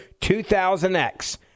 2000X